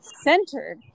centered